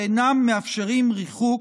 שאינם מאפשרים ריחוק,